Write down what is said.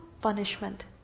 Punishment